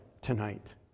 tonight